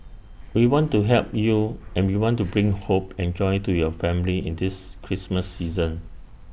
we want to help you and we want to bring hope and joy to your family in this Christmas season